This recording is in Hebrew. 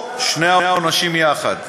או שני העונשים יחד.